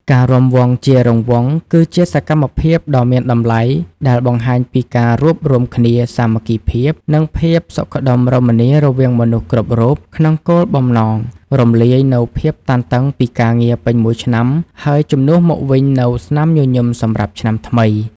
ការរាំវង់ជារង្វង់គឺជាសកម្មភាពដ៏មានតម្លៃ ដែលបង្ហាញពីការរួបរួមគ្នា សាមគ្គីភាព និងភាពសុខដុមរមនារវាងមនុស្សគ្រប់រូប ក្នុងគោលបំណងរំលាយនូវភាពតានតឹងពីការងារពេញមួយឆ្នាំ ហើយជំនួសមកវិញនូវស្នាមញញឹមសម្រាប់ឆ្នាំថ្មី។